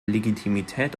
legitimität